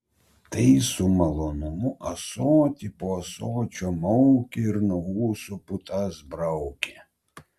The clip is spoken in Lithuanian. tai su malonumu ąsotį po ąsočio maukė ir nuo ūsų putas braukė